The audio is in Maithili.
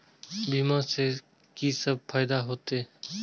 बीमा से की सब फायदा होते?